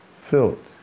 filled